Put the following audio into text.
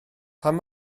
pam